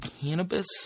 cannabis